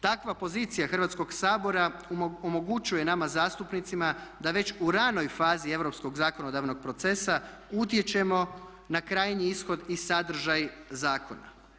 Takva pozicija Hrvatskog sabora omogućuje nama zastupnicima da već u ranoj fazi europskog zakonodavnog procesa utječemo na krajnji ishod i sadržaj zakona.